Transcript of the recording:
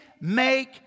make